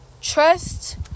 Trust